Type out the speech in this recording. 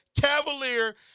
Cavalier